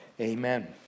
Amen